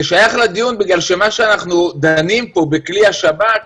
זה שייך לדיון, כי כלי השב"כ